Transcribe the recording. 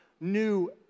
new